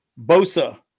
bosa